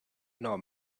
nor